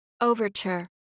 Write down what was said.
Overture